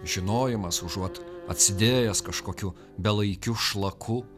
žinojimas užuot atsidėjęs kažkokiu belaikiu šlaku